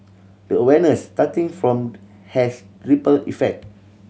the awareness starting from has ripple effect